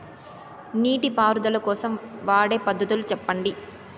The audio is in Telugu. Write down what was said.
నీటి పారుదల కోసం వాడే పద్ధతులు సెప్పండి?